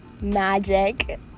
Magic